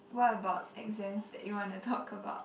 what about exams that you want to talk about